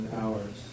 hours